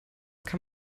kann